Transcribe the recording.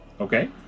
Okay